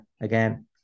again